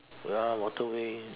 ya lah waterway